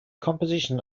composition